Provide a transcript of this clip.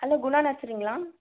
hello Guna நர்சரிங்களா